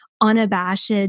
unabashed